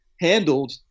handled